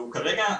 כרגע,